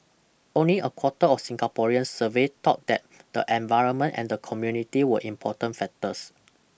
only a quarter of Singaporeans surveyed thought that the environment and the community were important factors